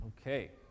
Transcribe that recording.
Okay